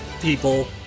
people